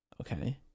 Okay